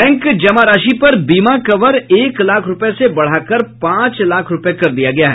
bank जमा राशि पर बीमा कवर एक लाख रूपये से बढ़ाकर पांच लाख रूपये कर दिया गया है